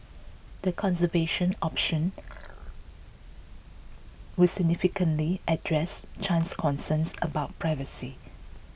the conservation option would significantly address Chan's concerns about privacy